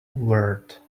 word